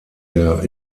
der